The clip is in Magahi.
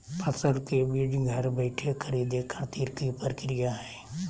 फसल के बीज घर बैठे खरीदे खातिर की प्रक्रिया हय?